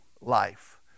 life